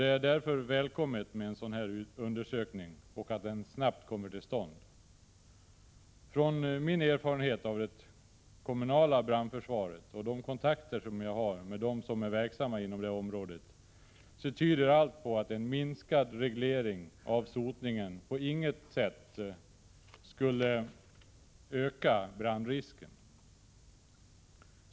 Det är därför välkommet att en sådan undersökning snabbt kommer till stånd. Min erfarenhet av det kommunala brandförsvaret och de kontakter jag har med dem som är verksamma inom det området tyder på att en minskad reglering av sotningen på inget sätt skulle öka brandrisken.